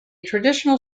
traditional